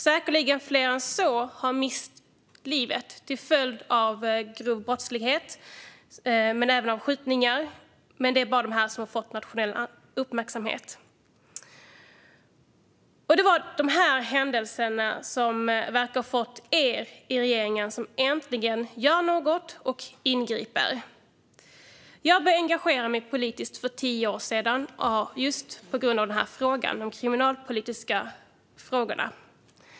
Säkerligen har fler än så mist livet till följd av grov brottslighet och skjutningar, men det är dessa som har fått nationell uppmärksamhet. Det var också dessa händelser som fick regeringen att äntligen göra något och ingripa. Jag började engagera mig politiskt för tio år sedan just på grund av de kriminalpolitiska frågorna.